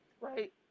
Right